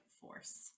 force